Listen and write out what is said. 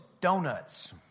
donuts